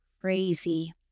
crazy